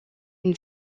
une